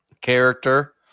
character